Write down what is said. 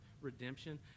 redemption